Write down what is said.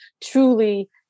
truly